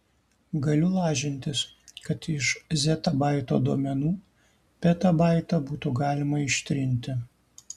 galiu lažintis kad iš zetabaito duomenų petabaitą būtų galima ištrinti